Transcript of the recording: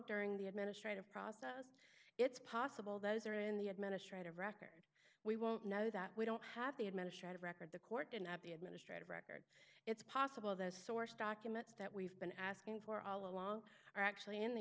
during the administrative process it's possible those are in the administrative record we won't know that we don't have the administrative record the court in at the administrative records it's possible those source documents that we've been asking for all along are actually in the